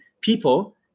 people